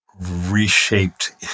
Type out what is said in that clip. reshaped